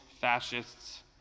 fascists